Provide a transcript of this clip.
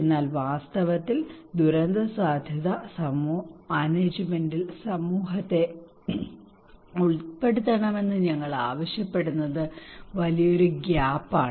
എന്നാൽ വാസ്തവത്തിൽ ദുരന്തസാധ്യതാ മാനേജ്മെന്റിൽ സമൂഹത്തെ ഉൾപ്പെടുത്തണമെന്ന് ഞങ്ങൾ ആവശ്യപ്പെടുന്നത് വലിയൊരു ഗാപ് ആണ്